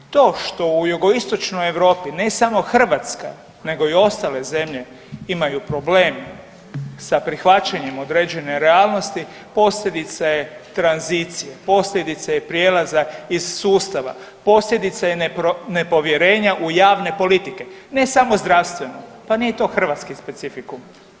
To što u Jugoistočnoj Europi ne samo u Hrvatska nego i ostale zemlje imaju problem sa prihvaćanjem određene realnosti, posljedica je tranzicije, posljedica je prijelaza iz sustava, posljedica je nepovjerenja u javne politike, ne samo zdravstveno, pa nije to hrvatski specifikum.